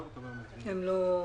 בהתאם לנוהל,